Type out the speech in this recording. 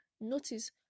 notice